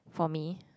for me